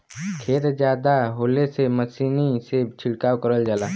खेत जादा होले से मसीनी से छिड़काव करल जाला